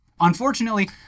Unfortunately